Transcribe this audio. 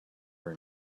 were